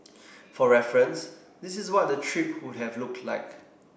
for reference this is what the trip would have looked like